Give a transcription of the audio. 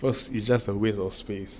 first it's just a waste of space